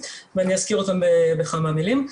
ואני אזכיר אותם בכמה מילים.